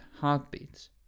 heartbeats